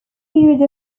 period